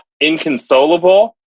inconsolable